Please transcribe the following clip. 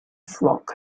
flock